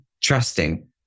trusting